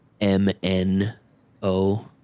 M-N-O